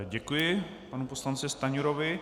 Děkuji panu poslanci Stanjurovi.